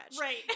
Right